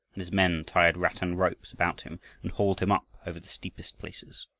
and his men tied rattan ropes about him and hauled him up over the steepest places.